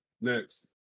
Next